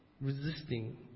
resisting